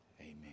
amen